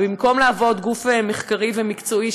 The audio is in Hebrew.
במקום להוות גוף מחקרי ומקצועי,